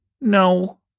No